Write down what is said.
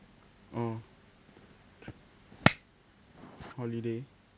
uh holiday